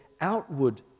outward